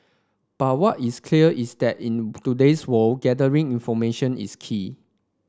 but what is clear is that in today's world gathering information is key